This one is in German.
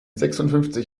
sechsundfünfzig